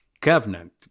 covenant